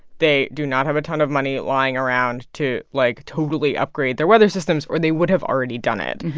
they do not have a ton of money lying around to, like, totally upgrade their weather systems, or they would have already done it.